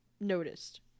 noticed